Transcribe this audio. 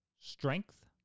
strength